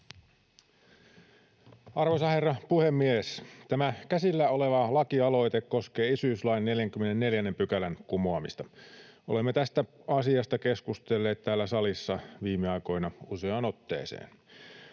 Arvoisa herra puhemies! Tämä käsillä oleva lakialoite koskee isyyslain 44 §:n kumoamista. Olemme tästä asiasta keskustelleet täällä salissa viime aikoina useaan otteeseen.